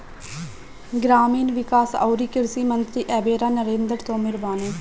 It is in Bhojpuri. ग्रामीण विकास अउरी कृषि मंत्री एबेरा नरेंद्र तोमर बाने